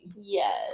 Yes